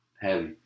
Heavy